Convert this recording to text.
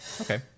Okay